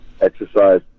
Exercise